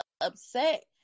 upset